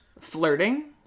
flirting